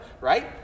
right